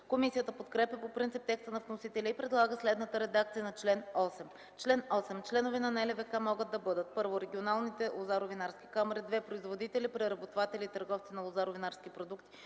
Комисията подкрепя по принцип текста на вносителя и предлага следната редакция на чл. 8: „Чл. 8. Членове на НЛВК могат да бъдат: 1. регионалните лозаро-винарски камари; 2. производители, преработватели и търговци на лозаро-винарски продукти;